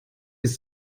ist